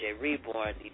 Reborn